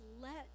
let